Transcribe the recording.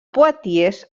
poitiers